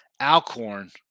Alcorn